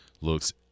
looks